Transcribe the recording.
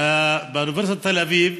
באוניברסיטת תל אביב,